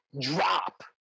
drop